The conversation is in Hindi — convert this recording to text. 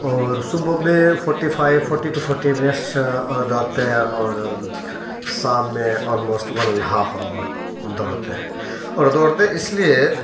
और सुबह में forty five forty two forty minutes दौड़ते हैं हम और शाम में ऑलमोस्ट वन हाफ़ आवर दौड़ते हैं और दौड़ते इस लिए